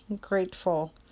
grateful